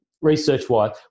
research-wise